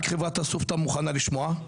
רק חברת אסופתא מוכנה לשמוע,